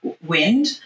wind